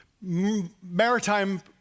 maritime